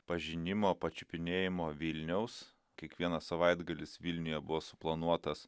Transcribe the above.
pažinimo pačiupinėjimo vilniaus kiekvienas savaitgalis vilniuje buvo suplanuotas